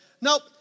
Nope